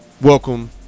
welcome